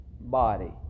body